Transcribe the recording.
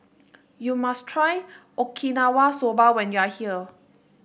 you must try Okinawa Soba when you are here